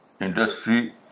industry